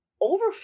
over